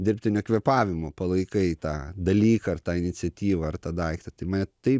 dirbtinio kvėpavimo palaikai tą dalyką ar tą iniciatyvą ar tą daiktą tai mane taip